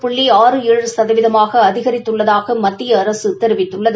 புள்ளி ஆறு ஏழு சதவீதமாக அதிகாித்துள்ளதாக மத்திய அரசு தெரிவித்துள்ளது